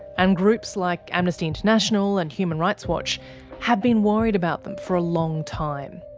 and groups like amnesty international and human rights watch have been worried about them for a long time.